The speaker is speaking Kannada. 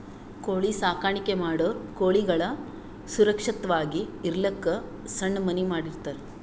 ಕೋಳಿ ಸಾಕಾಣಿಕೆ ಮಾಡೋರ್ ಕೋಳಿಗಳ್ ಸುರಕ್ಷತ್ವಾಗಿ ಇರಲಕ್ಕ್ ಸಣ್ಣ್ ಮನಿ ಮಾಡಿರ್ತರ್